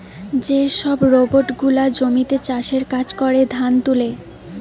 যে সব রোবট গুলা জমিতে চাষের কাজ করে, ধান তুলে